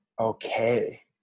okay